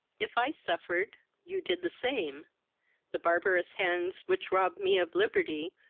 if i suffered, you did the same the barbarous hands which robbed me of liberty,